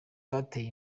bateye